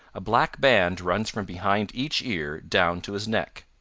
a black band runs from behind each ear down to his neck.